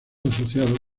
asociados